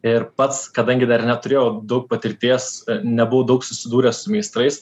ir pats kadangi dar neturėjau daug patirties nebuvau daug susidūręs su meistrais